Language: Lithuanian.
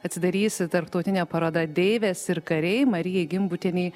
atsidarys tarptautinė paroda deivės ir kariai marijai gimbutienei